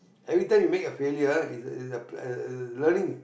every time you make a failure it's a a uh learning